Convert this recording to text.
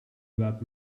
about